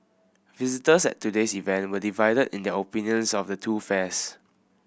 visitors at today's event were divided in their opinions of the two fairs